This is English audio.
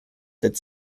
that